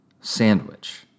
sandwich